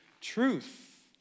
truth